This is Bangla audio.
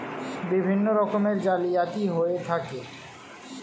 বিভিন্ন রকমের জালিয়াতি হয়ে থাকে